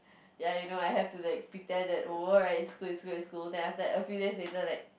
ya you know right I have to pretend oh it alright it's cool it's cool it's cool then after that a few days later like